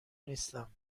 نیستم